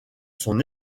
son